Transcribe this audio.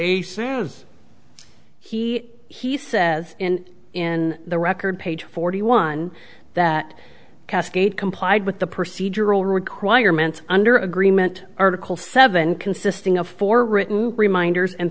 says he he says in in the record page forty one that cascade complied with the procedural requirement under agreement article seven consisting of four written reminders and